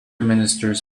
ministers